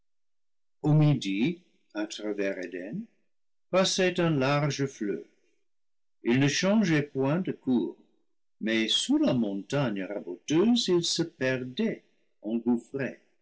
à travers eden passait un large fleuve il ne changeait point de cours mais sous la montagne raboteuse il se perdait engouffré